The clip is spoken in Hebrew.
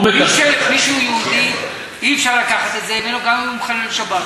אי-אפשר לקחת את זה ממנו גם אם הוא מחלל שבת.